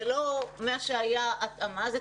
זה לא התאמה למה שכבר היה,